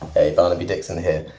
hey, barnaby dixon here.